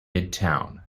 midtown